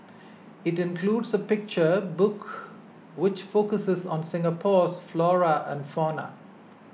it includes a picture book which focuses on Singapore's flora and fauna